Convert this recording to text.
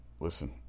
listen